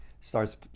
Starts